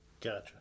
Gotcha